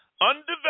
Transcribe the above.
Undeveloped